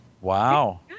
Wow